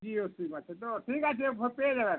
Jio sim আছে তো ঠিক আছে ও পেয়ে যাবেন